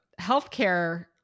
healthcare